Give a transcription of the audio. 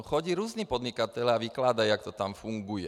Chodí různí podnikatelé a vykládají, tak to tam funguje.